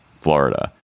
Florida